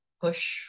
push